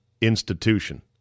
institution